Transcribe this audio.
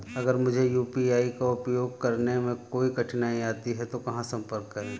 अगर मुझे यू.पी.आई का उपयोग करने में कोई कठिनाई आती है तो कहां संपर्क करें?